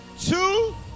two